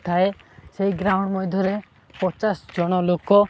ଥାଏ ସେଇ ଗ୍ରାଉଣ୍ଡ ମଧ୍ୟରେ ପଚାଶ ଜଣ ଲୋକ